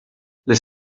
les